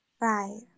Right